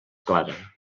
clara